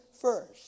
first